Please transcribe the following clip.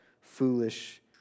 foolish